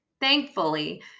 Thankfully